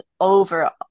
over